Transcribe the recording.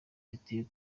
biteye